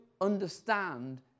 understand